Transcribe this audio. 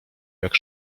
jak